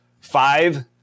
five